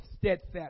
steadfast